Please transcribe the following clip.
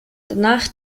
danach